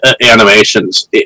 animations